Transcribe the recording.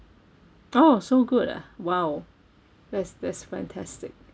orh so good ah !wow! that's that's fantastic